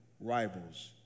rivals